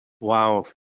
Wow